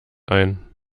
ein